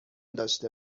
داشته